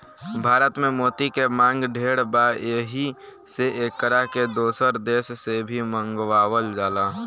भारत में मोती के मांग ढेर बा एही से एकरा के दोसर देश से भी मंगावल जाला